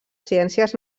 ciències